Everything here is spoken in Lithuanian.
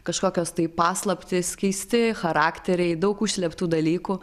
kažkokios tai paslaptys keisti charakteriai daug užslėptų dalykų